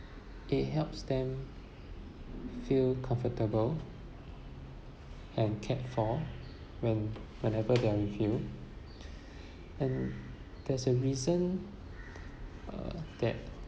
it helps them feel comfortable and cared for when whenever they are with you and there's a reason uh that